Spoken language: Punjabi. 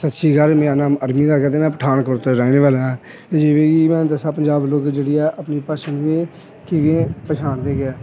ਸਤਿ ਸ਼੍ਰੀ ਅਕਾਲ ਮੇਰਾ ਨਾਮ ਅਰਵਿੰਦ ਹੈਗਾ ਅਤੇ ਮੈਂ ਪਠਾਨਕੋਟ ਤੋਂ ਰਹਿਣੇ ਵਾਲਾ ਹਾਂ ਜਿਵੇਂ ਕਿ ਮੈਂ ਦੱਸਾਂ ਪੰਜਾਬ ਲੋਕ ਜਿਹੜੇ ਹੈ ਆਪਣੀ ਭਾਸ਼ਾ ਦੇ ਕਿਵੇਂ ਪਛਾਣਦੇ ਹੈਗੇ ਆ